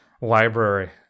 library